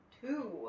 two